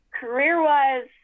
Career-wise